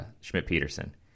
Schmidt-Peterson